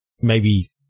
maybe-